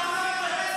אתה תומך טרור.